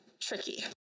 tricky